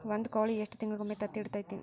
ಒಂದ್ ಕೋಳಿ ಎಷ್ಟ ತಿಂಗಳಿಗೊಮ್ಮೆ ತತ್ತಿ ಇಡತೈತಿ?